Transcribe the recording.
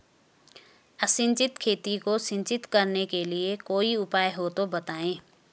असिंचित खेती को सिंचित करने के लिए कोई उपाय हो तो बताएं?